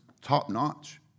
top-notch